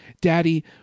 daddy